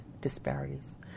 disparities